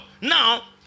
now